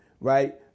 right